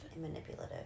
manipulative